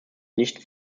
nicht